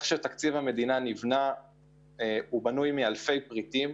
תקציב המדינה בנוי מאלפי פריטים.